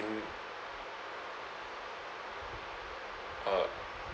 uh